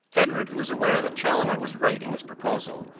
edward, who was aware that chaloner was right in his proposal,